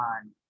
on